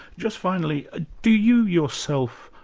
just finally, do you yourself,